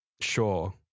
Sure